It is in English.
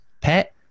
pet